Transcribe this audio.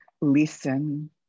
listen